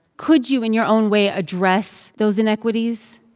could you, in your own way, address those inequities?